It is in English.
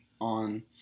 on